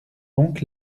donc